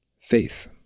faith